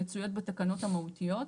מצויות בתקנות המהותיות,